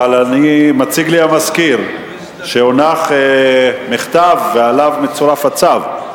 אבל מציג לי סגן המזכיר שהונח מכתב ועליו מצורף הצו.